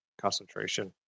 concentration